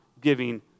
giving